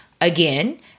again